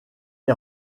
est